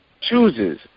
chooses